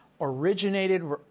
originated